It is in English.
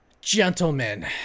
Gentlemen